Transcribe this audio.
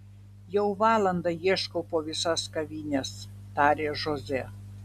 jau valandą ieškau po visas kavines tarė žozė